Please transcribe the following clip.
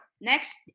next